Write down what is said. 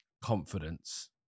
confidence